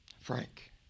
Frank